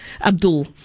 Abdul